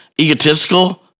egotistical